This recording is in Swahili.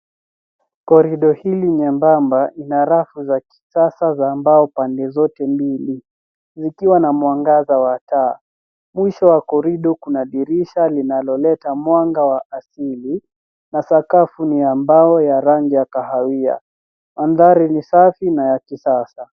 Korido hili nyembamba ina rafu za kisasa za mbao pande zote mbili zikiwa na mwangaza wa taa. Mwisho wa korido kuna dirisha linaloleta mwanga wa asili na sakafu ni ya mbao ya rangi ya kahawia. Mandhari ni safi na ya kisasa.